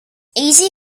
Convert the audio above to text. easy